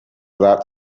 that